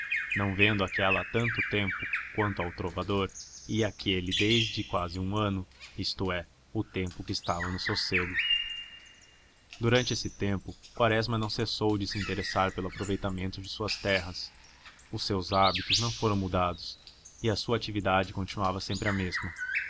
não vendo aquela há tanto tempo quanto ao trovador e aquele desde quase um ano isto é o tempo em que estava no sossego durante esse tempo quaresma não cessou de se interessar pelo aproveitamento de suas terras os seus hábitos não foram mudados e a sua atividade continuava sempre a mesma